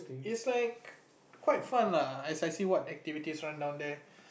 is like quite fun lah as I see what activities run down there